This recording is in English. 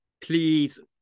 please